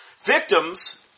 Victims